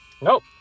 nope